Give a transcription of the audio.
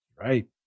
Right